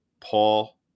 Paul